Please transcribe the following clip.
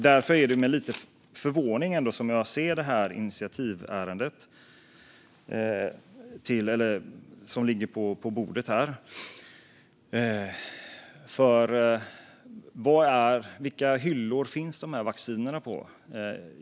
Därför är det med lite förvåning jag ser på initiativärendet som ligger på bordet här, för vilka hyllor finns de här vaccinerna på?